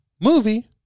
movie